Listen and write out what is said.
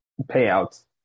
payouts